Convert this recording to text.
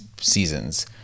seasons